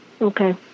Okay